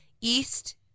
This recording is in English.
east